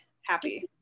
happy